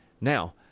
Now